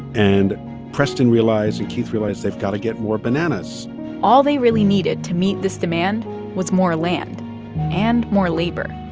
and preston realized and keith realized they've got to get more bananas all they really needed to meet this demand was more land and more labor.